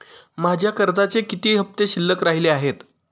माझ्या कर्जाचे किती हफ्ते शिल्लक राहिले आहेत?